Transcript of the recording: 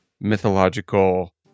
mythological